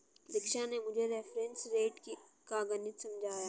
दीक्षा ने मुझे reference rate का गणित समझाया